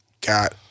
got